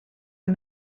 are